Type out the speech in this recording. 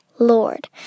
Lord